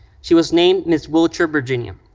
she was named ms. wheelchair virginia,